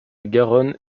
garonne